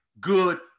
good